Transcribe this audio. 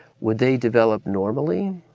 would they develop normally,